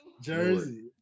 Jersey